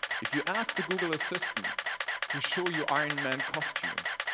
if you ask the google assistant to show you iron man costumes,